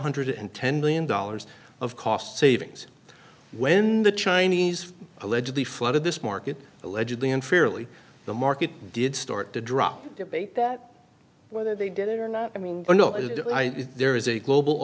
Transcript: hundred and ten billion dollars of cost savings when the chinese allegedly flooded this market allegedly unfairly the market did start to drop debate that whether they did it or not i mean i don't know if there is a global